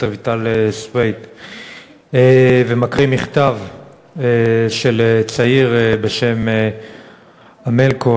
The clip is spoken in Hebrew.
רויטל סויד ומקריא מכתב של צעיר בשם אמלקו,